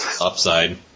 Upside